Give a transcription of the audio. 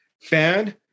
fan